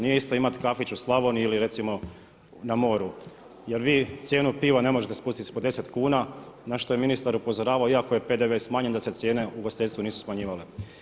Nije isto imati kafić u Slavoniji ili recimo na moru jer vi cijenu piva ne možete spustiti ispod deset kuna na što je ministar upozoravao iako je PDV smanjen da se cijene u ugostiteljstvu nisu smanjivale.